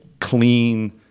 clean